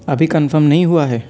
ابھی کنفرم نہیں ہوا ہے